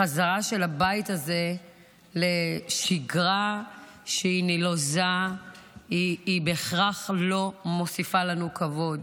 החזרה של הבית הזה לשגרה נלוזה בהכרח לא מוסיפה לנו כבוד.